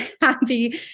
happy